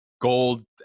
gold